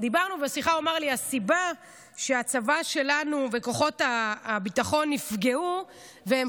הסיבה שהצבא שלנו וכוחות הביטחון נפגעו והם